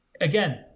again